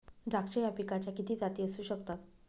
द्राक्ष या पिकाच्या किती जाती असू शकतात?